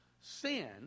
Sin